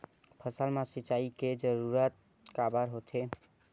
फसल मा सिंचाई के जरूरत काबर होथे?